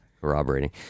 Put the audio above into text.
Corroborating